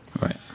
Right